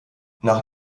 nach